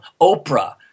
Oprah